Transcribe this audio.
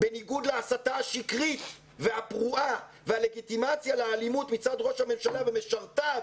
בניגוד להסתה השקרית והפרועה והלגיטימציה לאלימות מצד ראש הממשלה ומשרתיו